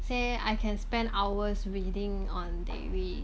say I can spend hours reading on dayre